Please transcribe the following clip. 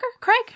Craig